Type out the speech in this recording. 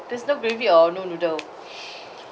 there's no gravy or no noodle